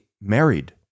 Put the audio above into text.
married